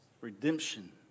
Redemption